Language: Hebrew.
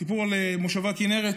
סיפור על מושבה כינרת?